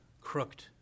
crooked